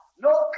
no